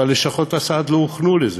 אבל לשכות הסעד לא הוכנו לזה,